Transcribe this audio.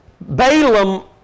Balaam